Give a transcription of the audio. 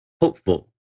hopeful